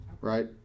right